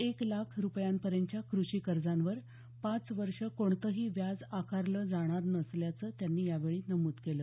एक लाख रुपयांपर्यंतच्या कृषी कर्जावर पाच वर्षं कोणतंही व्याज आकारलं जाणार नसल्याचं त्यांनी यावेळी नमुद केलं